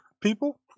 people